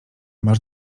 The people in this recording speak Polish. masz